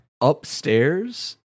upstairs